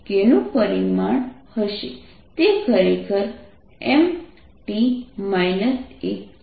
K નું પરિમાણ હશે તે ખરેખર MT 1છે